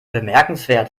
bemerkenswert